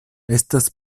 estas